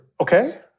Okay